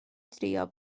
drio